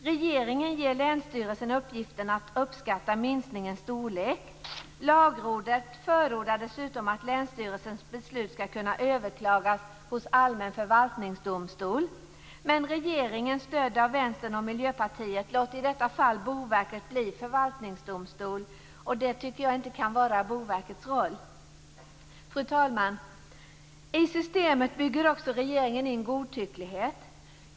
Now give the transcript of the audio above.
Regeringen ger länsstyrelsen uppgiften att uppskatta minskningens storlek. Lagrådet förordar dessutom att länsstyrelsens beslut skall kunna överklagas hos allmän förvaltningsdomstol. Regeringen, stödd av Vänstern och Miljöpartiet, låter dock i detta fall Boverket bli förvaltningsdomstol. Jag tycker inte att detta kan vara Boverkets roll. Fru talman! Regeringen bygger också in godtycklighet i systemet.